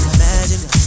Imagine